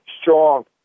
strong